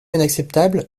inacceptable